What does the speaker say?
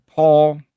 Paul